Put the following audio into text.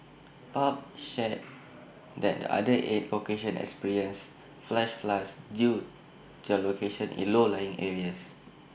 pub shared that the other eight locations experience flash floods due their locations in low lying areas